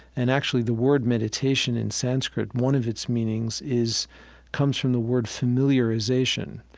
and actually, the word meditation in sanskrit, one of its meanings is comes from the word familiarization.